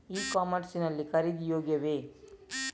E commerce ಲ್ಲಿ ಖರೀದಿ ಯೋಗ್ಯವೇ?